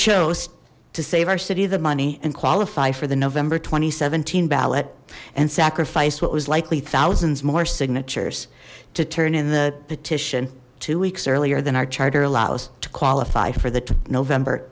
chose to save our city the money and qualify for the november two thousand and seventeen ballot and sacrifice what was likely thousands more signatures to turn in the petition two weeks earlier than our charter allows to qualify for the november